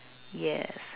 yes